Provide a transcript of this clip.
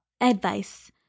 advice